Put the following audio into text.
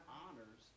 honors